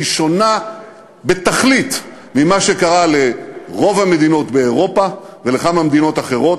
היא שונה בתכלית ממה שקרה לרוב המדינות באירופה ולכמה מדינות אחרות,